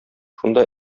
шунда